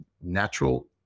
natural